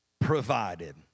provided